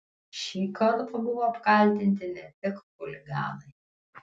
šį kartą buvo apkaltinti ne tik chuliganai